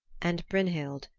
and brynhild,